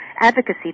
advocacy